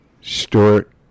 Stewart